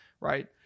right